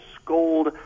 scold